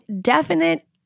definite